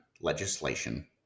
legislation